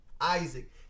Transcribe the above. Isaac